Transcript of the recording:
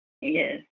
Yes